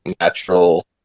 natural